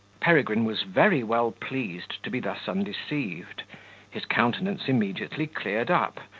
peregrine was very well pleased to be thus undeceived his countenance immediately cleared up,